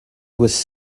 was